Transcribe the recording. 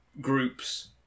groups